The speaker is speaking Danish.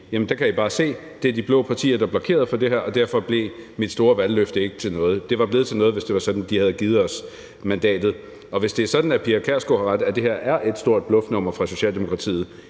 sige: Der kan I bare se, det er de blå partier, der blokerede for det her, og derfor blev mit store valgløfte ikke til noget. Det var blevet til noget, hvis det var sådan, de havde givet os mandatet. Og hvis det er sådan, at Pia Kjærsgaard har ret, og at det her er et stort bluffnummer fra Socialdemokratiets